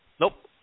Nope